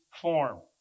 form